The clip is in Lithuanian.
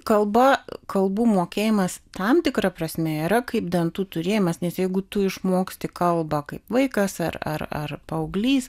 kalba kalbų mokėjimas tam tikra prasme yra kaip dantų turėjimas nes jeigu tu išmoksti kalbą kaip vaikas ar ar ar paauglys